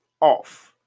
off